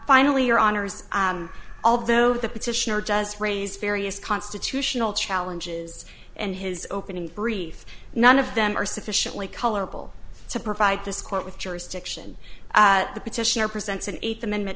finally your honour's although the petitioner does raise various constitutional challenges and his opening brief none of them are sufficiently colorable to provide this court with jurisdiction the petitioner presents an eighth amendment